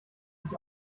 sich